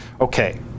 Okay